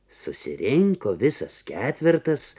susirinko visas ketvertas